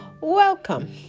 welcome